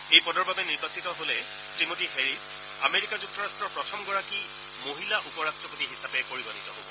এই পদৰ বাবে নিৰ্বাচিত হলে শ্ৰীমতী হেৰিছ আমেৰিকা যুক্তৰাষ্ট্ৰৰ প্ৰথমগৰাকী মহিলা উপৰাষ্ট্ৰপতি হিচাপে পৰিগণিত হব